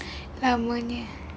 lamanya